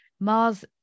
mars